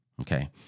Okay